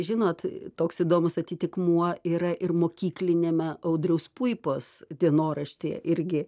žinot toks įdomus atitikmuo yra ir mokykliniame audriaus puipos dienoraštyje irgi